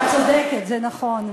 את צודקת, זה נכון.